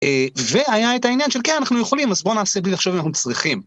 והיה את העניין של כן אנחנו יכולים אז בוא נעשה בלי לחשוב אם אנחנו צריכים.